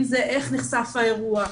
אם זה איך נחשף האירוע,